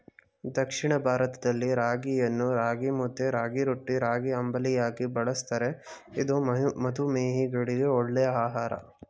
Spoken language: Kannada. ದಕ್ಷಿಣ ಭಾರತದಲ್ಲಿ ರಾಗಿಯನ್ನು ರಾಗಿಮುದ್ದೆ, ರಾಗಿರೊಟ್ಟಿ, ರಾಗಿಅಂಬಲಿಯಾಗಿ ಬಳ್ಸತ್ತರೆ ಇದು ಮಧುಮೇಹಿಗಳಿಗೆ ಒಳ್ಳೆ ಆಹಾರ